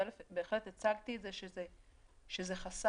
בהחלט הצגתי את זה שזה חסם.